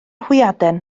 hwyaden